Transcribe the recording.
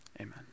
Amen